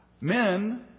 men